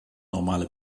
normale